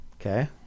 Okay